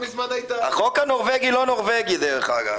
החוק הנורווגי הוא לא נורווגי, דרך אגב.